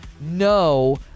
No